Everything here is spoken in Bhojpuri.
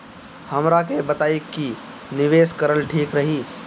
हमरा के बताई की निवेश करल ठीक रही?